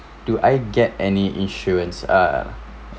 do I get any insurance ah